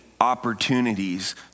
opportunities